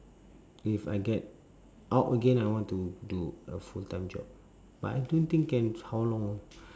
if I get out again I want to do a full time job but I don't think can how long